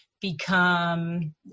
become